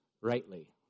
rightly